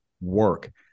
work